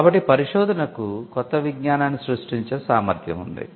కాబట్టి పరిశోధనకు కొత్త విజ్ఞానాన్ని సృష్టించే సామర్థ్యం ఉంది